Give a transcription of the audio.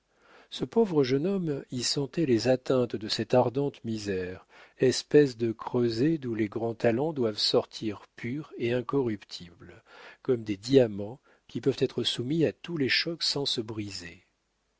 ce pauvre jeune homme y sentait les atteintes de cette ardente misère espèce de creuset d'où les grands talents doivent sortir purs et incorruptibles comme des diamants qui peuvent être soumis à tous les chocs sans se briser